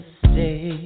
stay